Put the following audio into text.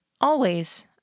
Always